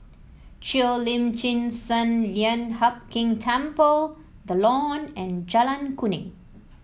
Cheo Lim Chin Sun Lian Hup Keng Temple The Lawn and Jalan Kuning